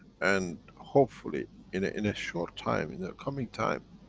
and hopefully, in ah in a short time, in a coming time,